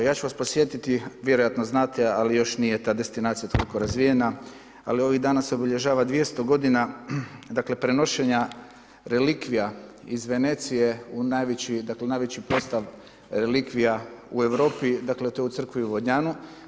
Ja ću vas podsjetiti, vjerojatno znate ali još nije ta destinacija toliko razvijena ali ovih dana se obilježava 200 godina, dakle prenošenja relikvija iz Venecije, u najveći, dakle najveći postav relikvija u Europi, dakle to je u crkvi u Vodnjanu.